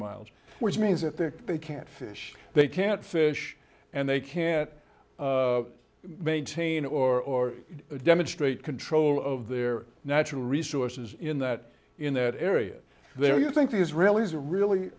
miles which means that they they can't fish they can't fish and they can't maintain or demonstrate control of their natural resources in that in that area there you think the israelis are really